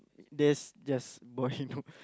there's just boy know